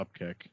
upkick